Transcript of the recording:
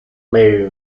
moves